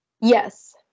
Yes